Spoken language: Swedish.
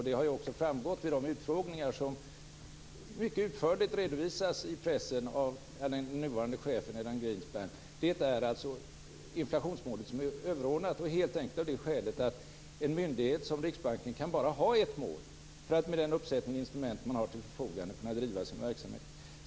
Det har också framgått vid utfrågningar av den nuvarande chefen Alan Greenspan, vilka mycket utförligt redovisas i pressen, att det är inflationsmålet som är överordnat, helt enkelt av det skälet att en myndighet som Riksbanken bara kan ha ett mål för att med den uppsättning instrument man har till sitt förfogande kunna bedriva sin verksamhet.